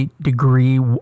degree